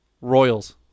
Royals